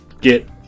get